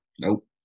nope